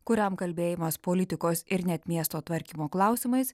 kuriam kalbėjimas politikos ir net miesto tvarkymo klausimais